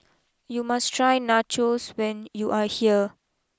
you must try Nachos when you are here